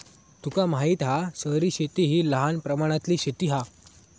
तुका माहित हा शहरी शेती हि लहान प्रमाणातली शेती हा